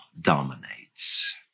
dominates